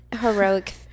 heroic